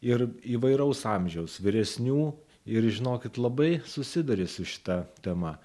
ir įvairaus amžiaus vyresnių ir žinokit labai susiduri su šita tema